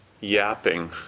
yapping